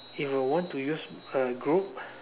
if you want to use a group